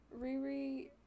Riri